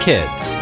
Kids